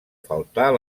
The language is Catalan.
faltar